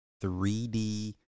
3D